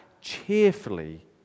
cheerfully